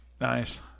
Nice